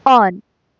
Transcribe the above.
on